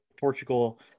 Portugal